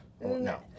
No